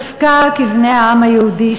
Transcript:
דווקא כבני העם היהודי,